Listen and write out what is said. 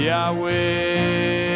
Yahweh